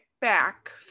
back